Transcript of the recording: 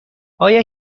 آیا